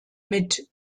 mit